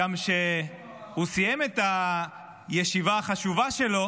כשהוא סיים את הישיבה החשובה שלו